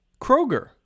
Kroger